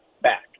back